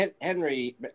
Henry